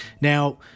Now